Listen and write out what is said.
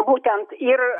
būtent ir